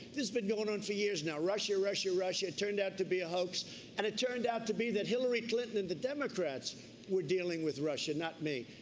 this has been going on for years now, russia, russia, russia, turned out to be a hoax and it turned out to be that hillary clinton and the democrats were dealing with russia, not me.